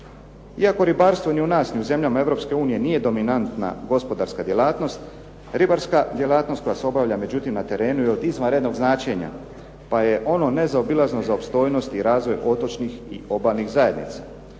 Iako ribarstvo ni u nas ni u zemljama Europske unije nije dominantna gospodarska djelatnost, ribarska djelatnost koja se obavlja na terenu jer od izvanrednog značenja, pa je ono nezaobilazno za opstojnost i razvoj otočnih i obalnih zajednica.